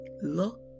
Look